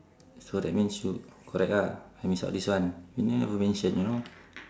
so that means should correct ah I miss out this one you never mention you know